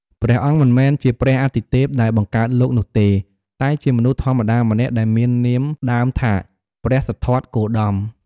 ព្រះអង្គមិនមែនជាព្រះអាទិទេពដែលបង្កើតលោកនោះទេ តែជាមនុស្សធម្មតាម្នាក់ដែលមាននាមដើមថា ព្រះសិទ្ធត្ថ គោតម។